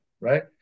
right